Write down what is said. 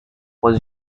was